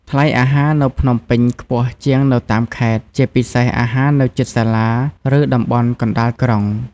ថ្លៃអាហារនៅភ្នំពេញខ្ពស់ជាងនៅតាមខេត្ត ជាពិសេសអាហារនៅជិតសាលា ឬតំបន់កណ្ដាលក្រុង។